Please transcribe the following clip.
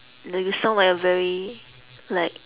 you know you sound like a very like